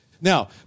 now